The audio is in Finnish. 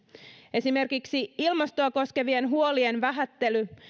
esimerkiksi ilmastoa koskevien huolien vähättely